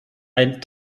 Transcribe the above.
ein